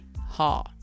HA